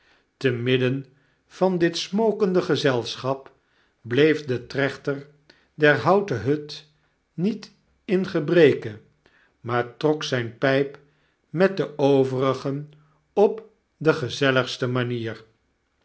te midden van dit smokencte gezelschap bleef de trechter der houten hut ta niet in gebreke maar trok zpe pyp met de overigen op de gezelligste manier